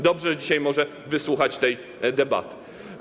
Dobrze, że dzisiaj może wysłuchać tej debaty.